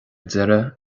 deireadh